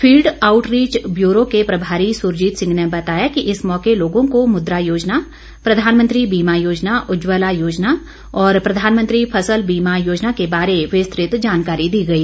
field outreach bureau के प्रभारी सुरजीत सिंह ने बताया कि इस मौके लोगों को मुद्रा योजना प्रधानमंत्री बीमा योजना उज्जवला योजना और प्रधानमंत्री फसल बीमा योजना के बारे विस्तृत जानकारी दी गई